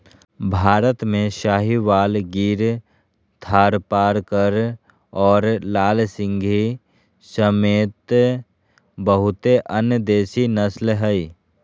भारत में साहीवाल, गिर थारपारकर और लाल सिंधी समेत बहुते अन्य देसी नस्ल हइ